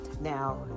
Now